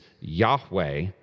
Yahweh